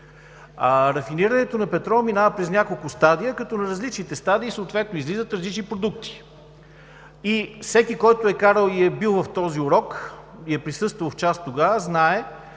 Рафинирането на петрола минава през няколко стадия, като на различните стадии съответно излизат различни продукти. И всеки, който е учил и е бил на този урок, присъствал е в час тогава, знае,